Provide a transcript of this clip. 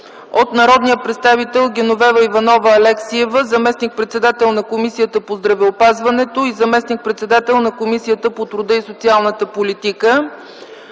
от народния представител Геновева Иванова Алексиева – заместник-председател на Комисията по здравеопазването и заместник-председател на Комисията по труда и социалната политика,